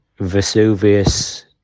vesuvius